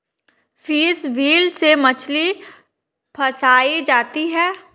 fish wheel से मछली फँसायी जाती है